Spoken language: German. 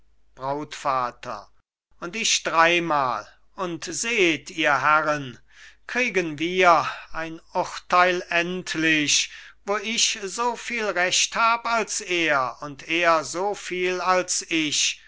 brautvater und ich dreimal und seht ihr herrn kriegen wir ein urteil endlich wo ich so viel recht hab als er und er so viel als ich